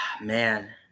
Man